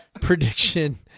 prediction